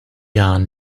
jahren